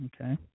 Okay